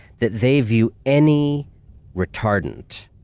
that they view any retardant